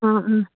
ꯑꯥ ꯎꯝ